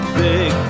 big